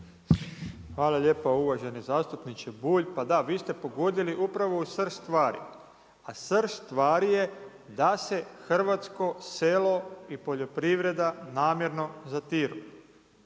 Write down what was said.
Hvala lijepa. Uvaženi zastupniče Bulj, pa da vi ste pogodili upravo u srž stvari, a srž stvari je da se hrvatsko selo i poljoprivreda namjerno zatiru.